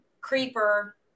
creeper